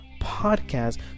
podcast